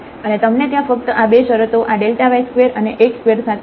અને તમને ત્યાં ફક્ત આ 2 શરતો આ yસ્ક્વેર અને xસ્ક્વેર સાથે મળશે